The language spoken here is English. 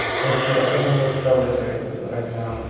i see. i think i misspelled this right right now.